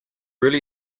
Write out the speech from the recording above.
really